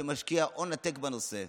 שמשקיע הון עתק בנושא,